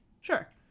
sure